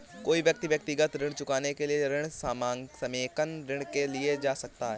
कोई व्यक्ति व्यक्तिगत ऋण चुकाने के लिए ऋण समेकन ऋण के लिए जा सकता है